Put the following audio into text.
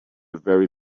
very